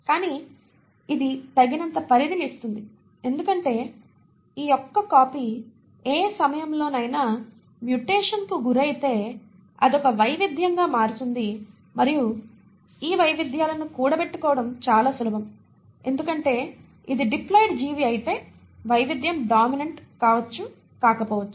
కానీ ఇది తగినంత పరిధిని ఇస్తుంది ఎందుకంటే ఈ ఒక్క కాపీ ఏ సమయంలోనైనా మ్యుటేషన్కు గురైతే అది ఒక వైవిధ్యంగా మారుతుంది మరియు ఈ వైవిధ్యాలను కూడబెట్టుకోవడం చాలా సులభం ఎందుకంటే ఇది డిప్లాయిడ్ జీవి అయితే వైవిధ్యం డామినెంట్ కావొచ్చు కాకపోవచ్చు